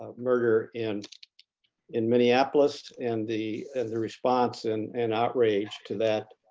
ah murder and in minneapolis and the and the response and and outrage to that